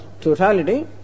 totality